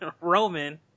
roman